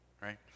right